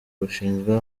rushinzwe